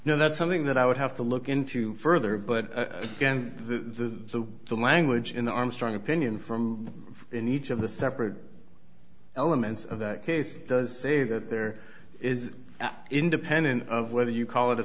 know that's something that i would have to look into further but again the the language in armstrong opinion from in each of the separate elements of that case does say that there is independent of whether you call it a